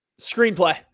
Screenplay